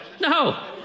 No